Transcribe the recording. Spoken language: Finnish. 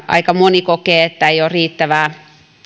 aika moni kokee että ei ole riittävää